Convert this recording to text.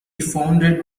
founded